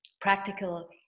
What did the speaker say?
practical